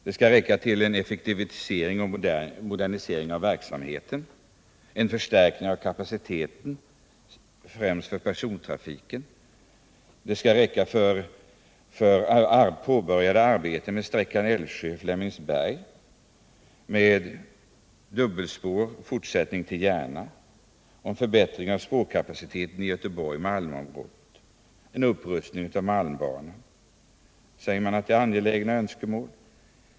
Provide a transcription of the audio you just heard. De skall räcka till en effektivisering och modernisering av verksamheten, en förstärkning av kapaciteten, främst när det gäller persontrafiken, de skall räcka till påbörjade arbeten på sträckan Älvsjö-Flemingsberg, de skall räcka till en fortsättning av dubbelspår till Järna, till en förbättring av spårkapaciteten i Göteborgsoch Malmöområdena och en upprustning av malmbanan. Allt detta säger man är angelägna önskemål.